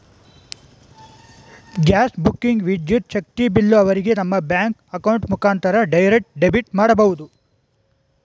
gas booking, ವಿದ್ಯುತ್ ಶಕ್ತಿ bill ಅವರಿಗೆ ನಮ್ಮ ಬ್ಯಾಂಕ್ ಅಕೌಂಟ್ ಮುಖಾಂತರ ಡೈರೆಕ್ಟ್ ಡೆಬಿಟ್ ಮಾಡಬಹುದು